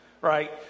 right